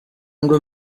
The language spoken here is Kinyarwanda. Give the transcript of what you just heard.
ngo